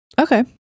Okay